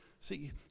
See